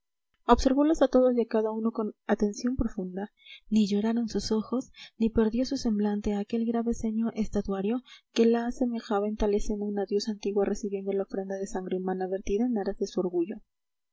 observolos a todos y a cada uno con atención profunda ni lloraron sus ojos ni perdió su semblante aquel grave ceño estatuario que la asemejaba en tal escena a una diosa antigua recibiendo la ofrenda de sangre humana vertida en aras de su orgullo